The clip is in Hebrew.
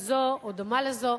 כזאת או דומה לזאת.